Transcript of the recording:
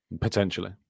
Potentially